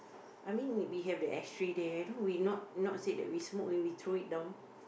I mean we have the ashtray there don't we not not we say we smoke and throw it down